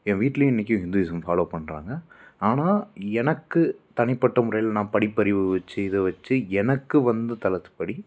என் வீட்டிலையும் இன்றைக்கும் Hinduism follow பண்ணுறாங்க ஆனால் எனக்கு தனிப்பட்ட முறையில நான் படிப்பறிவு வச்சு இதை வச்சு எனக்கு வந்து தலத்துப்படி